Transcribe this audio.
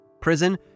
prison